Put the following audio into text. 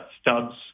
stubs